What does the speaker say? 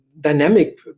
dynamic